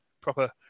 Proper